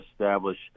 establish